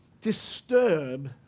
disturb